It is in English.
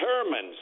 determines